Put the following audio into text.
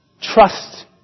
Trust